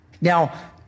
Now